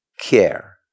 care